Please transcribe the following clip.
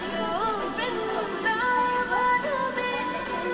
কোনো মাসে ঋণের কিস্তি প্রদান করতে না পারলে কি অসুবিধা হবে?